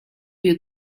you